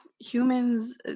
humans